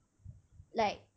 like